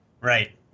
Right